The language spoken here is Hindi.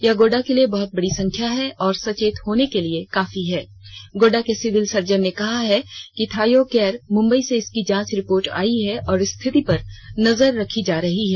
यह गोड्डा के लिए बहुत बड़ी संख्या है और सचेत होने के लिए काफी है गोड़डा के सिविल सर्जन ने कहा है कि थायो केयर मुंबई से इनकी जांच रिपोर्ट आई है और स्थिति पर नजर रखी जा रही है